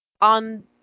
on